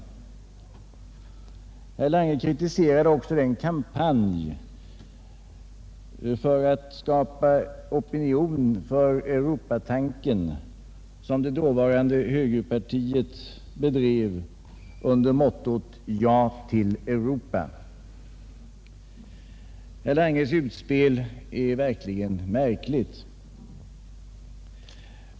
Herr Lange kritiserade också den kampanj för att skapa opinion för Europatanken som det dåvarande högerpartiet bedrev under mottot ”Ja till Europa”. Herr Langes utspel är verkligen märkligt.